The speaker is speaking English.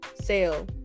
sale